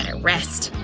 and rest!